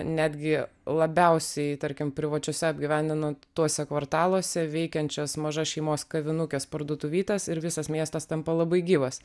netgi labiausiai tarkim privačiuose apgyvendintuose kvartaluose veikiančias mažas šeimos kavinukes parduotuvytes ir visas miestas tampa labai gyvas